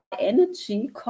energy